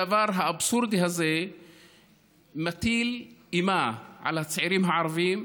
הדבר האבסורדי הזה מטיל אימה על הצעירים הערבים,